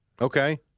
Okay